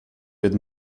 wird